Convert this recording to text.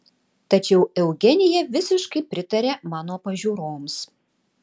tačiau eugenija visiškai pritarė mano pažiūroms